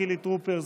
חילי טרופר,